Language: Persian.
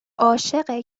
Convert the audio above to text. عاشق